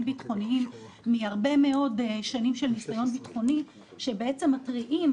ביטחוניים מהרבה מאוד שנים של ניסיון ביטחוני שבעצם מתריעים,